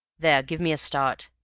there give me a start.